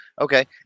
okay